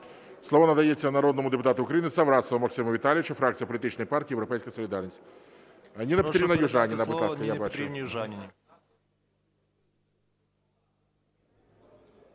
Слово надається народному депутату України Саврасову Максиму Віталійовичу, фракція політичної партії "Європейська солідарність".